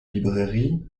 librairie